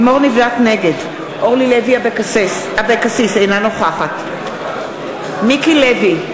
נגד אורלי לוי אבקסיס, אינה נוכחת מיקי לוי,